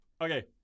Okay